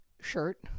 shirt